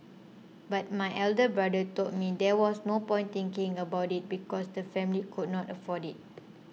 but my elder brother told me there was no point thinking about it because the family could not afford it